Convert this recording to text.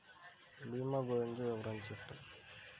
భీమా గురించి వివరించండి?